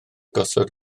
gosod